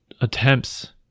attempts